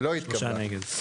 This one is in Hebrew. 3 נמנעים, 0 הרביזיה לא התקבלה.